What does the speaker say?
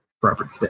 property